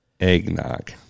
eggnog